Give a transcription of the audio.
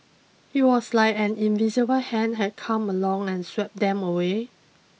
it was like an invisible hand had come along and swept them away